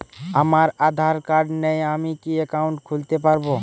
আমার আধার কার্ড নেই আমি কি একাউন্ট খুলতে পারব?